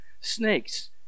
snakes